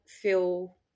feel